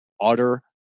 utter